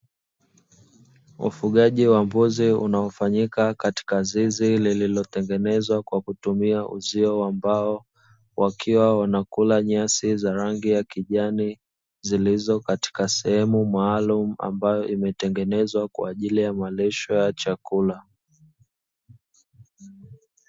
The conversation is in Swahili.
Ufugaji wa mbuzi unaofanyika katika zizi lililotengenezwa kwa kutumia uzio, ambao wakiwa wanakula nyasi za rangi ya kijani zilizo katika sehemu maalumu ambayo imetengenezwa kwa ajili ya malisho ya chakula.